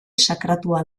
sakratua